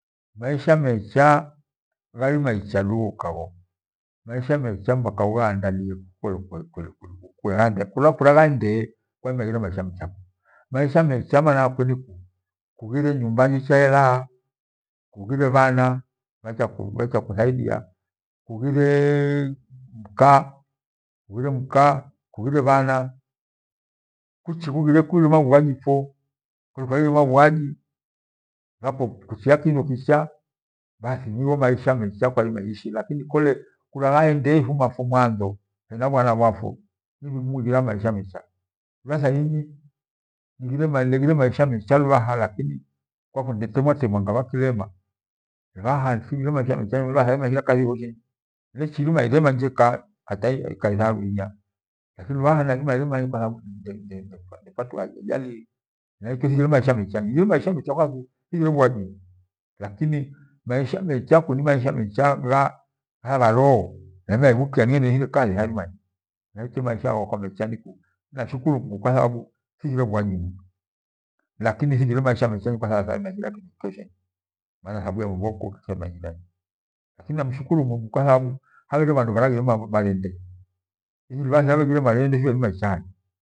Maisha mecha ghairima ichadu ghokagho. Maisha mecha mpaka ughaandalie kweli kweli kole kwaghaendee, maisha mecha maana yakwe ni ku kughire nyumbanjicha ye laa. Kughire bhana bhakyakuthaidia, kughire mea kughire ruka, kughire bhana, kugi kughire mabhwaji pfwa kwaha laghire mbhuaji kuehiya kindo kicha, bathi nigho maisha mecha kwari iishi lakini kole kuraghaende ifunapfwo mwanzo nibhigumu ighira maisha mecha, Lubhana thainyi, nighire maisha mecha lakini kwaku nditemwatemwa nyabha kilema, lubhaha thighire maisha mechanyi thairima ighira kathi yoyosheni nlechuirima irema njeka hata elea iraru inya, lakini lubhaha nnairima irema nyi ndepativa ajali lakini lubhaha, hanaikyo thighire maisha mechanyi maisha mecha thabaroo nairima nibhuko nihire kathi rairimanyi lakini maisha ghakwa mecha nika nairima ibhukia. Namshulewa Mungu kwako thighire bhuajini lakini thighire maisha mecha nyi kwaku tharima ighira kindo kyokyo sheni lakini manshukuru mrungu kwathababu haghire bhandu bharaghire marende. Inyi thirabheghire marendi thibheirime icha hanyi.